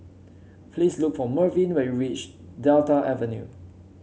please look for Mervyn when you reach Delta Avenue